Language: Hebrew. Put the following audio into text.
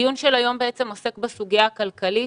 הדיון של היום עוסק בסוגיה הכלכלית